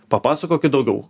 papasakokit daugiau